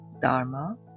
Dharma